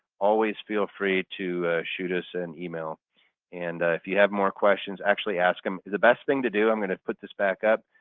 always feel free to shoot us an email and if you have more questions, actually ask them. the best thing to do i'm going to put this back up.